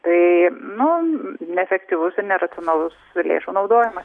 tai nu neefektyvus ir neracionalus lėšų naudojimas